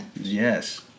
Yes